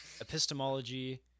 Epistemology